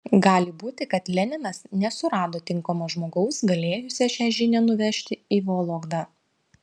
gali būti kad leninas nesurado tinkamo žmogaus galėjusio šią žinią nuvežti į vologdą